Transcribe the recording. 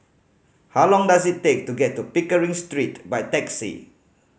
how long does it take to get to Pickering Street by taxi